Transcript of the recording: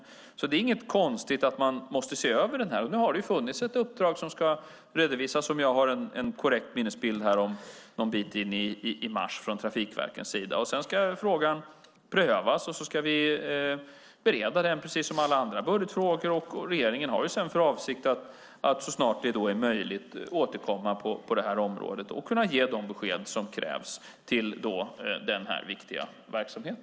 Det är alltså inget konstigt att man måste se över den. Nu har det funnits ett uppdrag som ska redovisas från trafikverkens sida en bit in i mars, om jag har en korrekt minnesbild. Sedan ska frågan prövas, och så ska vi bereda den precis som alla andra budgetfrågor. Regeringen har sedan för avsikt att så snart det är möjligt återkomma på det här området och kunna ge de besked som krävs till denna viktiga verksamhet.